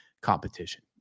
competition